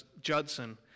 Judson